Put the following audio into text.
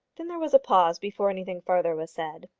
then there was a pause before anything further was said.